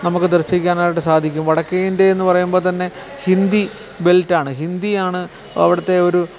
നമുക്ക് ദർശിക്കാനായിട്ട് സാധിക്കും വടക്കേ ഇന്ത്യ എന്ന് പറയുമ്പോള്ത്തന്നെ ഹിന്ദി ബെൽറ്റാണ് ഹിന്ദിയാണ് അവിടുത്തെ ഒരു